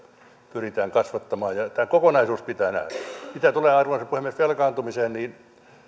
pyritään kasvattamaan tämä kokonaisuus pitää nähdä mitä tulee arvoisa puhemies velkaantumiseen niin